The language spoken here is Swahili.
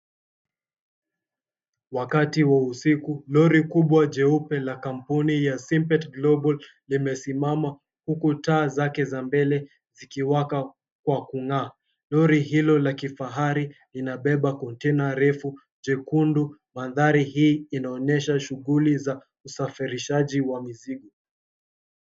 Wakati wa usiku, lori kubwa jeupe la kampuni ya Simpet Global limesimama, huku taa zake za mbele zikiwaka kwa kung'aa. Lori hilo la kifahari linabeba kontena refu jekundu. Mandhari hii inaonyesha shughuli za usafirishaji wa mizigo.